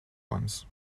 ones